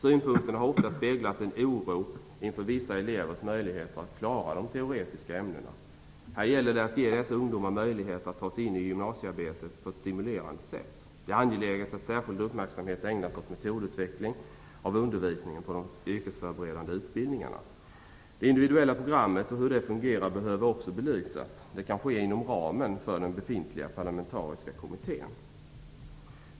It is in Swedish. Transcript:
Synpunkterna har ofta speglat en oro inför vissa elevers möjligheter att klara de teoretiska ämnena. Det gäller att ge dessa ungdomar möjligheter att ta sig in i gymnasiearbetet på ett stimulerande sätt. Det är angeläget att särskild uppmärksamhet ägnas åt metodutveckling av undervisningen på de yrkesförberedande utbildningarna. Det individuella programmet och hur det fungerar behöver också belysas. Det kan ske inom ramen för den befintliga parlamentariska kommittèn.